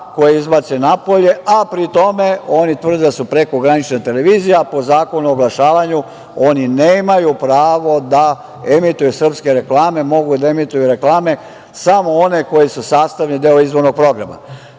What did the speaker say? koje izbace napolje, a pri tome oni tvrde da su prekogranična televizija. Po Zakonu o oglašavanju oni nemaju pravo da emituju srpske reklame. Mogu da emituju reklame samo one koji su sastavni deo izbornog programa. Nemoj